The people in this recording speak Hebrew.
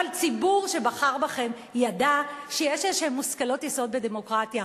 אבל הציבור שבחר בכם ידע שיש איזשהם מושכלות יסוד בדמוקרטיה,